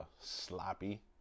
sloppy